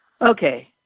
Okay